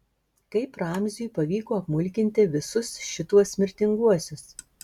kaip ramziui pavyko apmulkinti visus šituos mirtinguosius